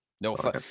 no